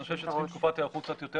אני חושב שצריכים תקופת היערכות קצת יותר